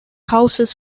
houses